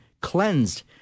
cleansed